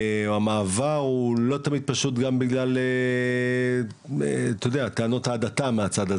המעבר הוא לא תמיד פשוט גם בגלל טענות הדתה מהצד הזה.